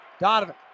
Donovan